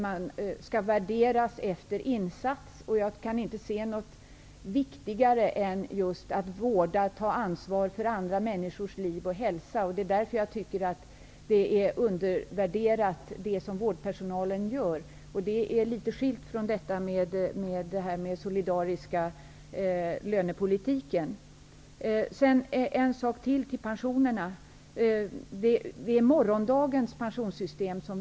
Jag kan inte se att det finns några uppgifter som är viktigare än att vårda och ta ansvar för andra människors liv och hälsa. Därför tycker jag att vårdpersonalens arbete är undervärderat. Det ligger vid sidan av frågan om den solidariska lönepolitiken. Vi arbetar nu med morgondagens pensionssystem.